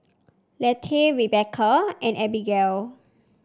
Leatha Rebecca and Abigayle